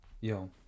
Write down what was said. yo